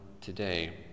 today